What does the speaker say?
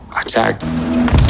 attacked